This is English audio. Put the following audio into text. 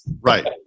Right